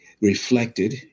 reflected